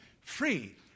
free